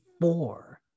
four